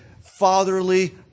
fatherly